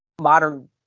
modern